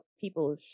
people